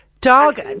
Dog